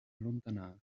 allontanarsi